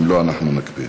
אם לא, אנחנו נקפיד.